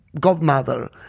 godmother